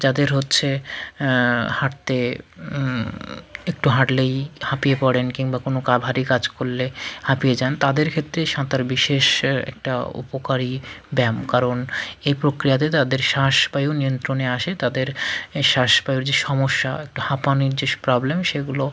যাদের হচ্ছে হাঁটতে একটু হাঁটলেই হাঁপিয়ে পড়েন কিনবা কোন কা ভারী কাজ করলে হাঁপিয়ে যান তাদের ক্ষেত্রে সাঁতার বিশেষ একটা উপকারী ব্যায়াম কারণ এই প্রক্রিয়াতে তাদের শ্বাসবায়ু নিয়ন্ত্রণে আসে তাদের শ্বাসবায়ুর যে সমস্যা হয় একটা হাঁপানির যে প্রবলেম সেগুলো